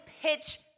pitch